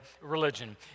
religion